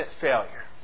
failure